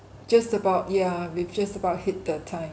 just about yeah we've just about hit the time